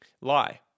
Lie